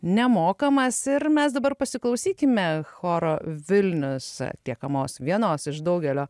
nemokamas ir mes dabar pasiklausykime choro vilnius atliekamos vienos iš daugelio